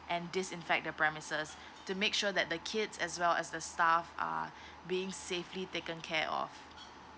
and disinfect their premises to make sure that the kids as well as the staff are being safely taken care of